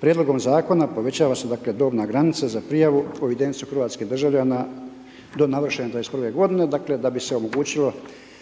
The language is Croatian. Prijedlogom zakona povećava se dakle dobna granica za prijavu u evidenciju hrvatskih državljana do navršene 21 godine, dakle da bi se omogućilo